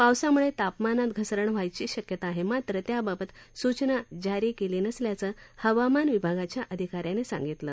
पावसामुळे तापमानात घसरण व्हायची शक्यता आहे मात्र त्याबाबत सूचना जारी केली नसल्याचं हवामान विभागाच्या अधिका यानं सांगितलं